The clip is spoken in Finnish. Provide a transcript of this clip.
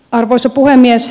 arvoisa puhemies